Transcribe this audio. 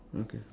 okay